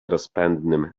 rozpędnym